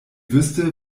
wüsste